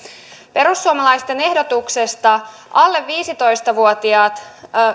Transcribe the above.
perussuomalaisten ehdotuksesta alle viisitoista vuotiaat